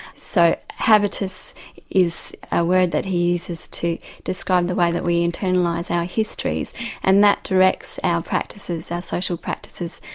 so habitus is a word that he uses to describe the way that we internalise our histories and that directs our practices, our social practices,